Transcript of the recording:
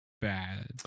bad